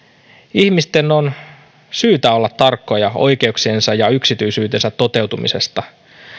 ihmisten on syytä olla tarkkoja oikeuksiensa ja yksityisyytensä toteutumisesta